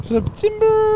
September